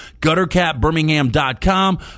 GutterCapBirmingham.com